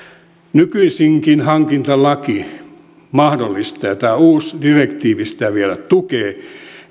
nykyisinkin hankintalaki mahdollistaa ja ja tämä uusi direktiivi sitä vielä tukee